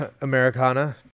Americana